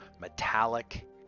metallic